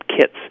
kits